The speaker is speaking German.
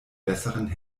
besseren